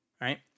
right